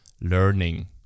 learning